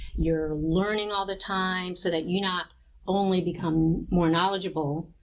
you are learning all the time so that you not only become more knowledgeable,